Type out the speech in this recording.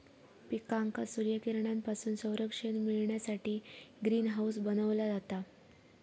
पिकांका सूर्यकिरणांपासून संरक्षण मिळण्यासाठी ग्रीन हाऊस बनवला जाता